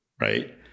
Right